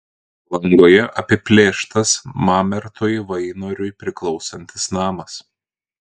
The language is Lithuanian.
palangoje apiplėštas mamertui vainoriui priklausantis namas